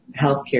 healthcare